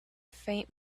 faint